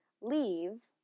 leave